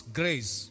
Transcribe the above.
grace